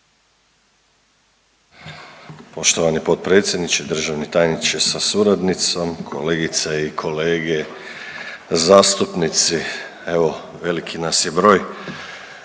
Poštovani potpredsjedniče, državni tajniče sa suradnicom, kolegice i kolege zastupnici, evo veliki nas je broj.